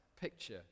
picture